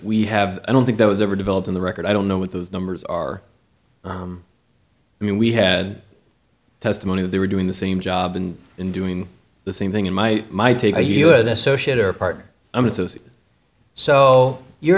we have i don't think that was ever developed in the record i don't know what those numbers are i mean we had testimony that they were doing the same job and in doing the same thing in my mind take